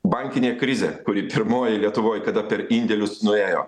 bankinė krizė kuri pirmoji lietuvoj kada per indėlius nuėjo